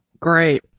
Great